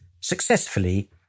successfully